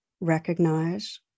recognize